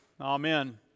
Amen